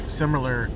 similar